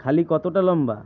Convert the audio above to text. খালি কতোটা লম্বা